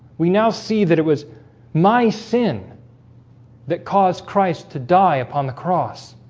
we now see that it was my sin that caused christ to die upon the cross